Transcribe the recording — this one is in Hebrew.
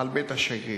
על בית השגריר.